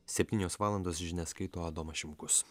septynios valandos žinias skaito adomas šimkus